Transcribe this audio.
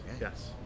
yes